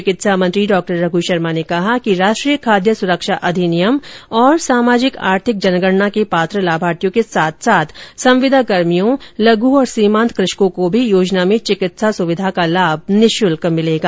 चिकित्सा मंत्री डॉ रघु शर्मा ने कहा कि राष्ट्रीय खाद्य सुरक्षा अधिनियम और सामाजिक आर्थिक जनगणना के पात्र लाभार्थियों के साथ साथ संविदाकर्मियों लघ् एवं सीमांत कृषकों को भी योजना में चिकित्सा सुविधा का लाभ निःशुल्क मिल पाएगा